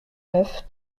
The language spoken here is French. neuf